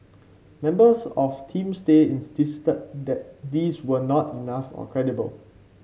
members of Team Stay insisted that these were not enough or credible